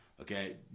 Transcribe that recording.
okay